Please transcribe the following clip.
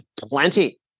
plenty